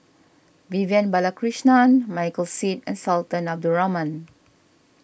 Vivian Balakrishnan Michael Seet and Sultan Abdul Rahman